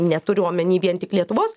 neturiu omeny vien tik lietuvos